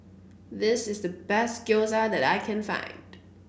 this is the best Gyoza that I can find